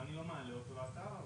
קיבל שלושה חודשים,